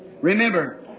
Remember